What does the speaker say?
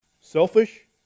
Selfish